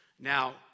Now